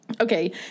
Okay